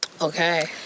Okay